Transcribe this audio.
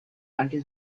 until